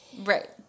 Right